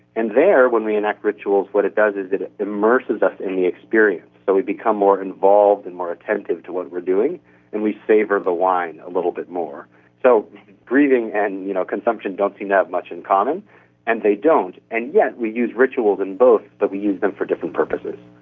and there when we enact rituals what it does is it it immerses us in the experience so but we become more involved and more attentive to what we are doing and we savour the wine a little bit more so grieving and you know consumption don't seem to have much in common and they don't, and yet we use rituals in both, but we use them for different purposes.